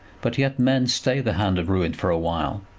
but yet men stay the hand of ruin for a while,